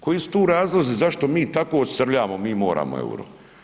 Koji su to razlozi zašto mi tako srljamo, mi moramo EUR-o?